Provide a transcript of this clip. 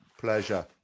Pleasure